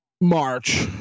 March